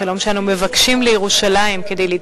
השלום שאנו מבקשים לירושלים,